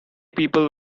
people